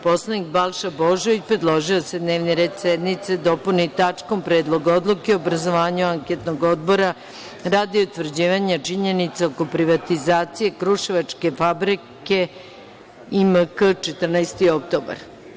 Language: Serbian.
Poslanik Balša Božović predložio je da se dnevni red sednice dopuni tačkom – Predlog odluke o obrazovanju anketnog odbora radi utvrđivanja činjenica oko privatizacije kruševačke fabrike IMK „14. oktobar“